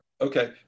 Okay